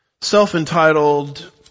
self-entitled